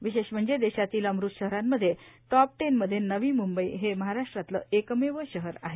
विशेष म्हणजे देशातील अमृत शहरांमध्ये टॉप टेनमध्ये नवी मुंबई हे महाराष्ट्रातलं एकमेव शहर आहे